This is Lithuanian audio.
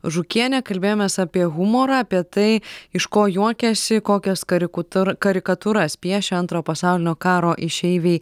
žukienė kalbėjomės apie humorą apie tai iš ko juokėsi kokias karikutur karikatūras piešė antro pasaulinio karo išeiviai